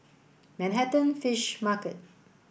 Manhattan Fish Market